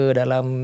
dalam